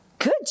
Good